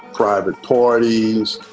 private parties.